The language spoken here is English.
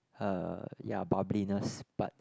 uh ya bubbliness but